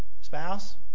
Spouse